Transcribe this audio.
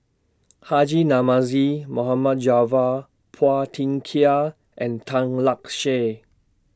Haji Namazie Mohd Javad Phua Thin Kiay and Tan Lark Sye